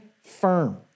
firm